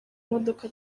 imodoka